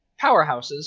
powerhouses